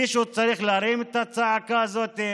מישהו צריך להרים את הצעקה הזאת.